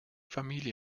familie